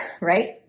Right